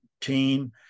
team